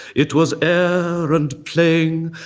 it was airand playing,